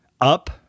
up